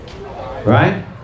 Right